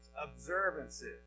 observances